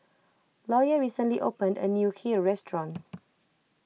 Lawyer recently opened a new Kheer restaurant